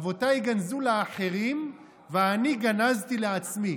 אבותיי גנזו לאחרים ואני גנזתי לעצמי".